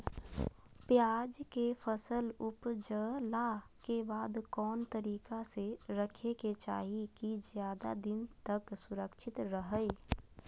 प्याज के फसल ऊपजला के बाद कौन तरीका से रखे के चाही की ज्यादा दिन तक सुरक्षित रहय?